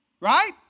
right